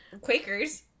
Quakers